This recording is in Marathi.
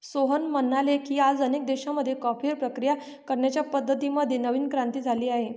सोहन म्हणाले की, आज अनेक देशांमध्ये कॉफीवर प्रक्रिया करण्याच्या पद्धतीं मध्ये नवीन क्रांती झाली आहे